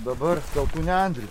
dabar dėl tų nendrių